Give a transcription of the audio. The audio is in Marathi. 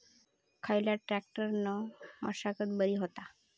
खयल्या ट्रॅक्टरान मशागत बरी होता?